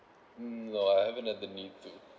mm no I haven't the need to